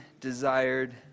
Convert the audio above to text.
desired